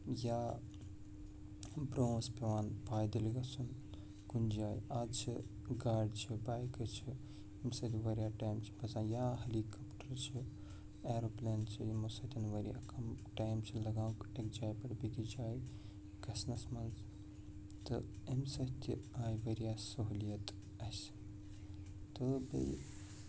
یا برٛونٛہہ اوس پٮ۪وان پایدٔلۍ گژھُن کُنہِ جایہِ اَز چھِ گاڑِ چھِ بایکہٕ چھِ ییٚمہِ سۭتۍ واریاہ ٹایم چھِ گژھان یا ہلی کاپٹر چھِ ایروپُلین چھِ یِمو سۭتٮ۪ن واریاہ کَم ٹایم چھِ لَگان اَکہِ جایہِ پٮ۪ٹھ بیٚیِس جایہِ گژھنَس منٛز تہٕ اَمہِ سۭتۍ تہِ آیہِ واریاہ سہوٗلیِت اَسہِ تہٕ بیٚیہِ